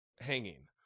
hanging